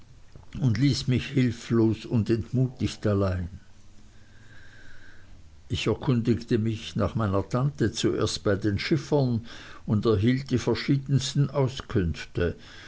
und ließ mich hilflos und entmutigt allein ich erkundigte mich nach meiner tante zuerst bei den schiffern und erhielt die verschiedensten auskünfte